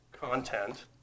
content